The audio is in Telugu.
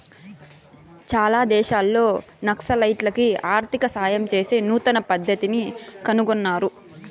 చాలా దేశాల్లో నక్సలైట్లకి ఆర్థిక సాయం చేసే నూతన పద్దతిని కనుగొన్నారు